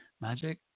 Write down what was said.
magic